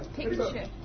picture